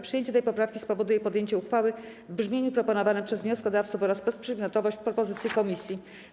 Przyjęcie tej poprawki spowoduje podjęcie uchwały w brzmieniu proponowanym przez wnioskodawców oraz bezprzedmiotowość propozycji komisji.